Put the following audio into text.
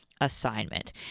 assignment